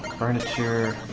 furniture